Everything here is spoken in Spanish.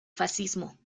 fascismo